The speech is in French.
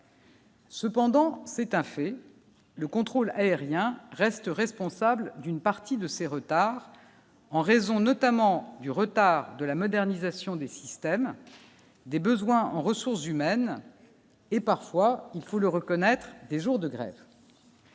Cependant, c'est un fait, le contrôle aérien reste responsable d'une partie de ces retards, en raison notamment du retard de la modernisation des systèmes, des besoins en ressources humaines et, parfois, il faut le reconnaître des jours de grève.